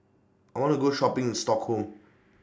I wanna Go Shopping in Stockholm